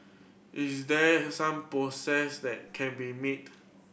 is there some process that can be made